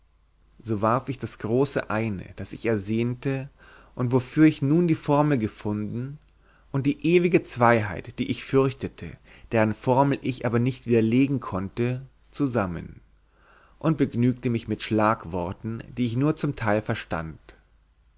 so warf ich das große eine das ich ersehnte und wofür ich nun die formel gefunden und die ewige zweiheit die ich fürchtete deren formel ich aber nicht widerlegen konnte zusammen und begnügte mich mit schlagworten die ich nur zum teil verstand